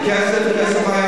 זה כסף.